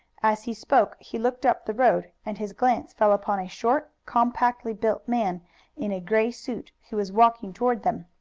as he spoke he looked up the road, and his glance fell upon a short, compactly built man in a gray suit, who was walking toward them.